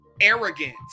arrogance